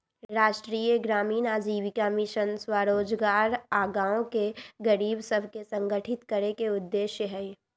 राष्ट्रीय ग्रामीण आजीविका मिशन स्वरोजगार आऽ गांव के गरीब सभके संगठित करेके उद्देश्य हइ